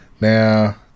Now